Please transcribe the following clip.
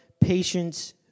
patience